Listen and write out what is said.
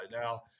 Now